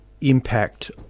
impact